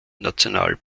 national